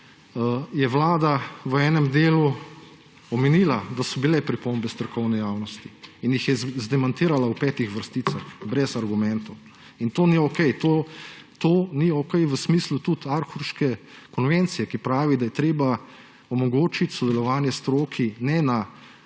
je Vlada v enem delu omenila, da so bile pripombe strokovne javnosti in jih je zdemantirala v petih vrsticah, brez argumentov. In to ni okej. To ni okej tudi v smislu Aarhuške konvencije, ki pravi, da je treba omogočiti sodelovanje stroki ne na